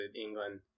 England